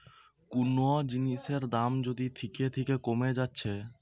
কুনো জিনিসের দাম যদি থিকে থিকে কোমে যাচ্ছে